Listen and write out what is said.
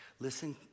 listen